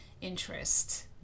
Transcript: interest